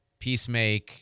peacemake